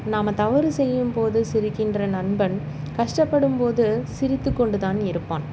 நாம் தவறு செய்யும் போது சிரிக்கின்ற நண்பன் கஷ்டப்படும் போது சிரித்துக்கொண்டு தான் இருப்பான்